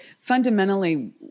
fundamentally